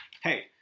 Hey